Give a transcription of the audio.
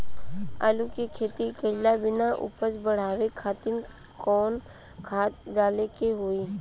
आलू के खेती कइले बानी उपज बढ़ावे खातिर कवन खाद डाले के होई?